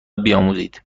بیاموزید